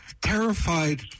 terrified